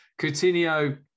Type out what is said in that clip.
Coutinho